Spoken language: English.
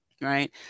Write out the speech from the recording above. right